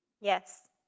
Yes